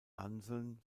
anselm